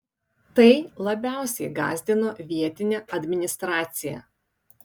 tai labiausiai gąsdino vietinę administraciją